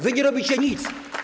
Wy nie robicie nic.